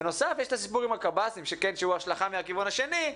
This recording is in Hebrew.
בנוסף יש את הסיפור עם הקב"סים שהוא השלכה מהכיוון השני,